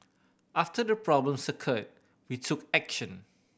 after the problems occurred we took action